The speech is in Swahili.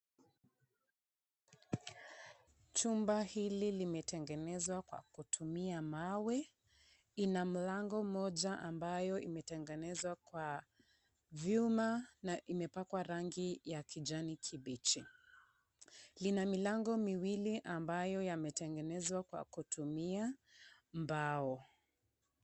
Jumba hili limetengenezwa kwa kutumia mawe. Ina mlango moja ambayo imetengenezwa kwa vyuma na imepakwa rangi ya kijani kibichi. Ina milango miwili ambayo imetengenezwa kwa kutumia mbao.